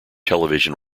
television